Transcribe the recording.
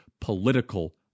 political